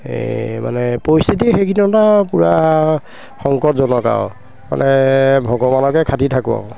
এই মানে পৰিস্থিতি সেইকেইদিনত আৰু পূৰা সংকটজনক আৰু মানে ভগৱানকে খাটি থাকোঁ আৰু